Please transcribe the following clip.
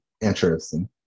interesting